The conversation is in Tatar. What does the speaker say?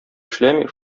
эшләми